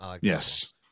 Yes